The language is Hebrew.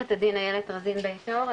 עורכת הדין איילת רזין בית אור,